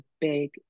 big